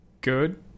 good